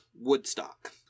Woodstock